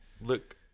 look